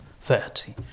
thirty